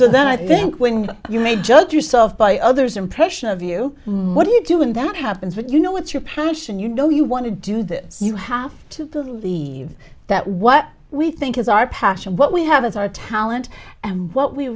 so then i think when you may judge yourself by others impression of you what do you do when that happens but you know what your passion you know you want to do this you have to believe that what we think is our passion what we have is our talent and what we